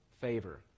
favor